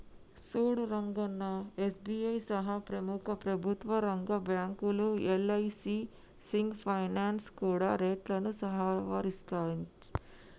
సూడు రంగన్నా ఎస్.బి.ఐ సహా ప్రముఖ ప్రభుత్వ రంగ బ్యాంకులు యల్.ఐ.సి సింగ్ ఫైనాల్స్ కూడా రేట్లను సవరించాయి